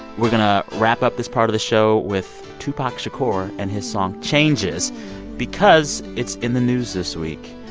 we're going to wrap up this part of the show with tupac shakur and his song changes because it's in the news this week.